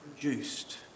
produced